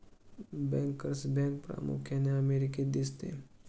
bankers bank प्रामुख्याने अमेरिकेत दिसते